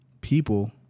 people